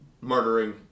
murdering